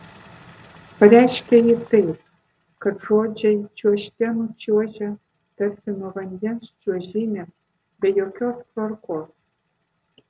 pareiškia ji taip kad žodžiai čiuožte nučiuožia tarsi nuo vandens čiuožynės be jokios tvarkos